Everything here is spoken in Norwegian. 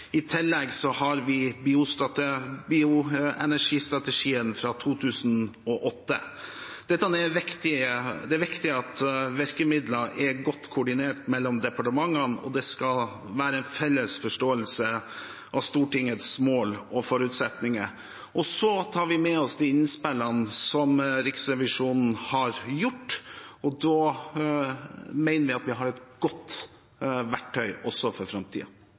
I tillegg har vi bioenergistrategien fra 2008. Det er viktig at virkemidlene er godt koordinert mellom departementene, og det skal være en felles forståelse av Stortingets mål og forutsetninger. Så tar vi med oss innspillene fra Riksrevisjonen, og da mener vi at vi har et godt verktøy også for